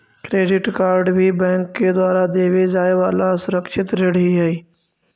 credit card भी bank के द्वारा देवे जाए वाला असुरक्षित ऋण ही हइ